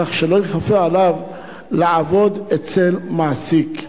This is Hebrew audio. כך שלא ייכפה עליו לעבוד אצל מעסיק.